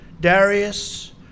Darius